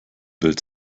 bild